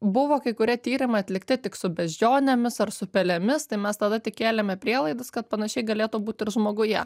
buvo kai kurie tyrimai atlikti tik su beždžionėmis ar su pelėmis tai mes tada tik kėlėme prielaidas kad panašiai galėtų būt ir žmoguje